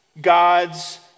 God's